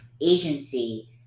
agency